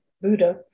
Buddha